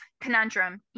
conundrum